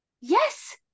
yes